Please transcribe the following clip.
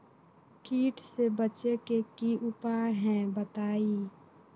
कीट से बचे के की उपाय हैं बताई?